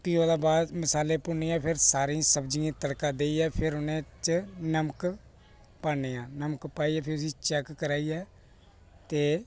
फ्ही ओहदे बाद मसाले भुन्निये फ्ही सारी सब्जियें गी तड़का देइयै फिर उनें च नमक पाने आं नमक पाइयै फ्ही उसी चेक कराइयै ते